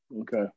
okay